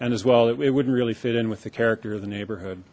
and as well it wouldn't really fit in with the character of the neighborhood